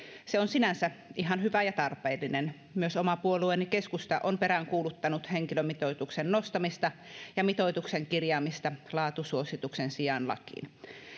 se on sinänsä ihan hyvä ja tarpeellinen myös oma puolueeni keskusta on peräänkuuluttanut henkilömitoituksen nostamista ja mitoituksen kirjaamista laatusuosituksen sijaan lakiin